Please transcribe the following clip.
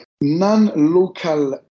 non-local